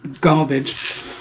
garbage